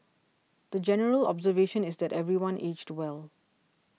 the general observation is that everyone aged well